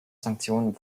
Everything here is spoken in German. sanktionen